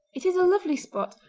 it is a lovely spot,